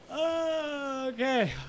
Okay